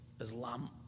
Islam